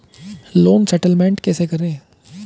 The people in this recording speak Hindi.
लोन सेटलमेंट कैसे करें?